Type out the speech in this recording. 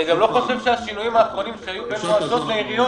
אני גם לא חושב שהשינויים שהיו במועצות ובעיריות,